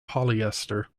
polyester